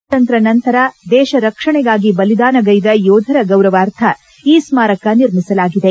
ಸ್ವಾತಂತ್ರ್ಯ ನಂತರ ದೇಶ ರಕ್ಷಣೆಗಾಗಿ ಬಲಿದಾನಗೈದ ಯೋಧರ ಗೌರವಾರ್ಥ ಈ ಸ್ವಾರಕ ನಿರ್ಮಿಸಲಾಗಿದೆ